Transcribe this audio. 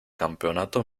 campeonato